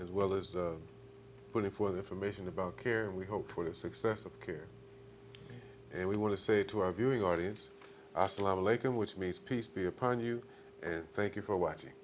as well as pulling for the formation about care we hope for the success of care and we want to say to our viewing audience i still have a lake in which means peace be upon you and thank you for watching